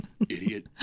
Idiot